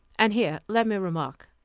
and here let me remark,